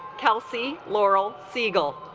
kelsey laurel seagal